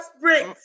bricks